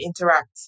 interact